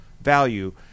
value